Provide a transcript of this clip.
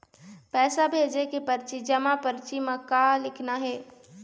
पैसा भेजे के परची जमा परची म का लिखना हे?